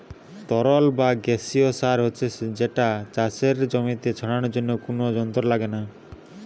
তরল বা গেসিও সার হচ্ছে যেটা চাষের জমিতে ছড়ানার জন্যে কুনো যন্ত্র লাগছে না